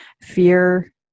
fear